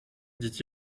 dit